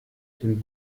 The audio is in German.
den